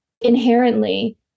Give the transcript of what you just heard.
inherently